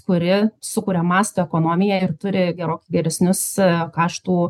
kuri sukuria masto ekonomiją ir turi gero geresnius kaštų